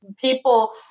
people